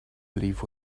believe